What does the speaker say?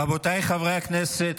רבותיי חברי הכנסת,